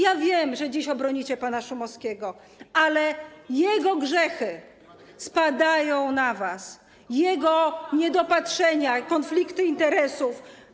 Ja wiem, że dziś obronicie pana Szumowskiego, ale jego grzechy spadają na was, jego niedopatrzenia, konflikty interesów.